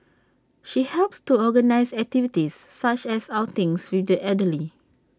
she helps to organise activities such as outings with the elderly